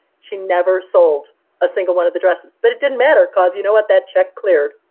she never sold a single one of the dresses, but it didn't matter. cause you know what? that check cleared.